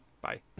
Bye